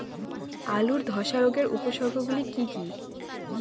আলুর ধ্বসা রোগের উপসর্গগুলি কি কি?